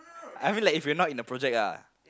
I mean like if we're not in the project ah